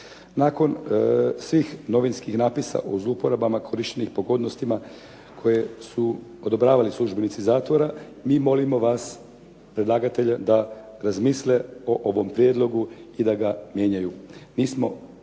Nakon svih novinskih napisa o zlouporabama korištenih pogodnostima koje su odobravali službenici zatvora, mi molimo vas predlagatelje da razmisle o ovom prijedlogu i da ga mijenjaju.